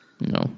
no